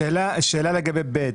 שאלה לגבי (ב),